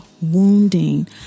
wounding